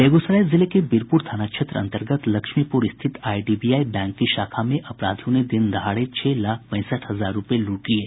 बेगूसराय जिले के बीरपुर थाना क्षेत्र अंतर्गत लक्ष्मीपुर स्थित आईडीबीआई बैंक की शाखा में अपराधियों ने दिन दहाड़े छह लाख पैंसठ हजार रूपये लूट लिये